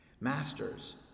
Masters